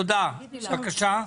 בבקשה.